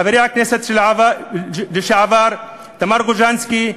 לחברי הכנסת לשעבר תמר גוז'נסקי,